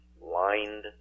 lined